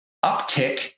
uptick